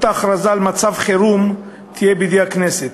ההכרזה על מצב חירום תהיה בידי הכנסת,